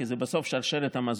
כי זה בסוף שרשרת המזון.